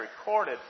recorded